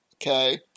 Okay